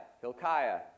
Hilkiah